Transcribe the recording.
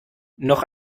noch